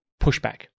pushback